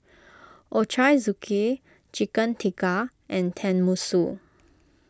Ochazuke Chicken Tikka and Tenmusu